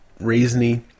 raisiny